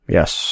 Yes